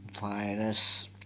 virus